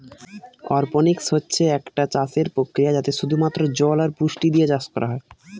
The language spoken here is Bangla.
অরপনিক্স হচ্ছে একটা চাষের প্রক্রিয়া যাতে শুধু মাত্র জল আর পুষ্টি দিয়ে চাষ করা হয়